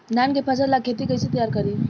धान के फ़सल ला खेती कइसे तैयार करी?